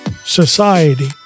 society